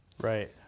Right